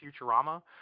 Futurama